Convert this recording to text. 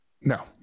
No